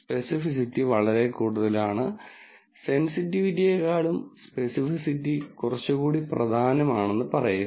specificity വളരെ കൂടുതലാണ് സെൻസിറ്റിവിറ്റിയേക്കാൾ സ്പെസിഫിറ്റി കുറച്ചുകൂടി പ്രധാനമാണെന്ന് പറയുക